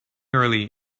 early